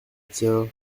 tiens